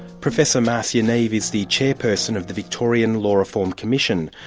professor marcia neave is the chairperson of the victorian law reform commission,